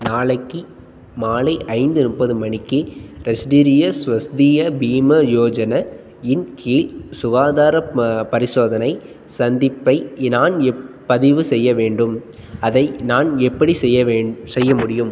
நாளைக்கு மாலை ஐந்து முப்பது மணிக்கு ராஷ்டிரிய ஸ்வஸ்திய பீமா யோஜனா இன் கீழ் சுகாதாரப் ப பரிசோதனை சந்திப்பை நான் எப் பதிவு செய்ய வேண்டும் அதை நான் எப்படி செய்ய வே செய்ய முடியும்